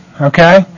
Okay